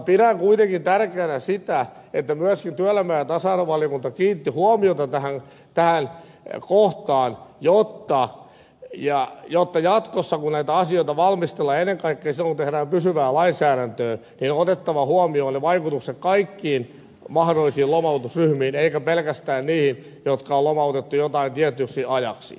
pidän kuitenkin tärkeänä sitä että myöskin työelämä ja tasa arvovaliokunta kiinnitti huomiota tähän kohtaan jotta jatkossa kun näitä asioita valmistellaan ennen kaikkea silloin kun tehdään pysyvää lainsäädäntöä on otettava huomioon ne vaikutukset kaikkiin mahdollisiin lomautusryhmiin eikä pelkästään niihin jotka on lomautettu joksikin tietyksi ajaksi